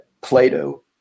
Plato